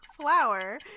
Flower